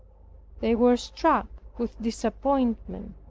they were struck with disappointment.